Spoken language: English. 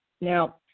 Now